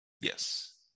yes